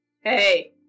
Hey